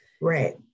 Right